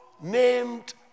named